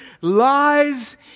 lies